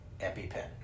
EpiPen